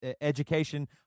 education